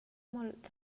molt